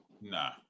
Nah